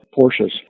Porsches